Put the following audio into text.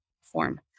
form